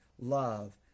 love